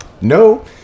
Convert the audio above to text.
no